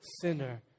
sinner